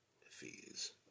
fees